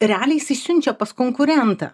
realiai jisai siunčia pas konkurentą